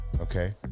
Okay